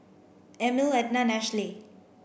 Emil Ednah Ashlie